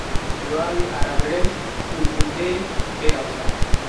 Mi wawi arabre, fulfulde be hausare.